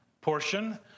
portion